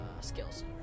skills